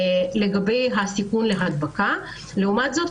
לעומת זאת,